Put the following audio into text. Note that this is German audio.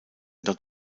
dort